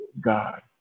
God